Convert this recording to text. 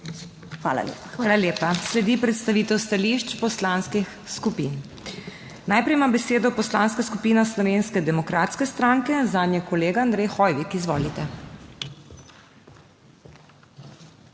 Hvala lepa. Sledi predstavitev stališč poslanskih skupin. Najprej ima besedo Poslanska skupina Slovenske demokratske stranke, zanjo kolega Andrej Hoivik. Izvolite.